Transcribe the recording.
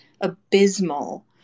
abysmal